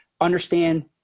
understand